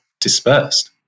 dispersed